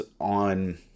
on